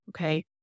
okay